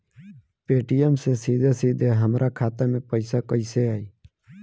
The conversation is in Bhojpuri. पेटीएम से सीधे हमरा खाता मे पईसा कइसे आई?